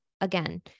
again